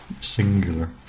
Singular